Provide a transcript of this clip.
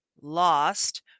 lost